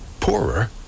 poorer